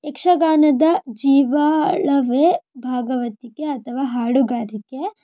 ಯಕ್ಷಗಾನದ ಜೀವಾಳವೇ ಭಾಗವತಿಕೆ ಅಥವಾ ಹಾಡುಗಾರಿಕೆ